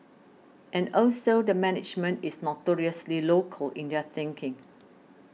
and also the management is notoriously local in their thinking